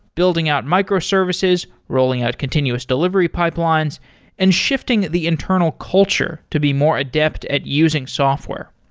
building out microservices, rolling out continuous delivery pipelines and shifting the internal culture to be more adept at using software.